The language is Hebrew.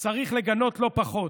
צריך לגנות לא פחות,